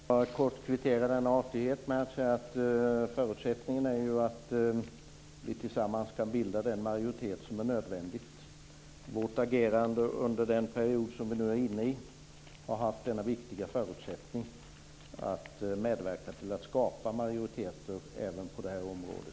Herr talman! En kort kvittering av denna artighet: Förutsättningen är ju att vi tillsammans kan bilda den majoritet som är nödvändig. Vårt agerande under den period som vi nu är inne i har medverkat till att skapa majoriteter även på det här området.